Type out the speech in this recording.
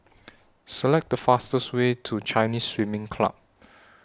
Select The fastest Way to Chinese Swimming Club